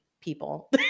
people